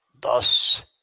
Thus